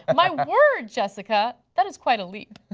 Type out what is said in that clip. and my word, jessica, that is quite a leap.